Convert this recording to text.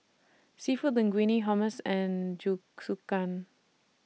Seafood Linguine Hummus and Jingisukan